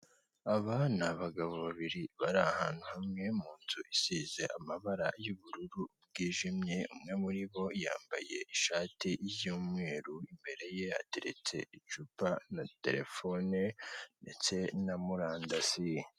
Aba ni abagabo babiri bari ahantu hamwe mu nzu isize amabara y'ubururu bwijimye, umwe muri bo yambaye ishati y'umweru imbere ye hateretse icupa na terefone ndetse na murandasi.